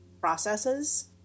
processes